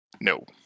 No